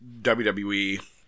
WWE